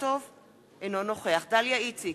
אינו נוכח דליה איציק,